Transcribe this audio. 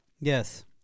Yes